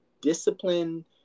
discipline